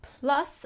Plus